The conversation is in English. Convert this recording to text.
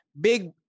big